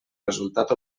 resultat